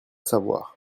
savoir